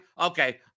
okay